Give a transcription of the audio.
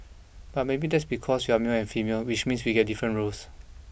but maybe that's because we're male and female which means we get different roles